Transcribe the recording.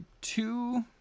two